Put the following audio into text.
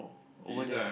over there